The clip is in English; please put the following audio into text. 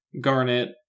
Garnet